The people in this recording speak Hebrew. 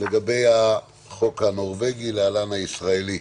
לגבי החוק הנורבגי, להלן הישראלי.